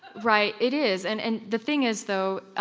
right it is, and and the thing is though,